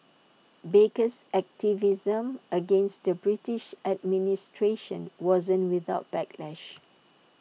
baker's activism against the British administration wasn't without backlash